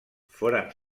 foren